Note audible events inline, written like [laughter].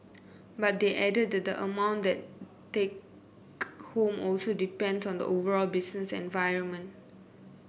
but they added that the amount they take [noise] home also depend on the overall business environment